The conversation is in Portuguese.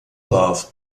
love